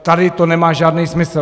Tady to nemá žádný smysl.